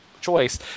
choice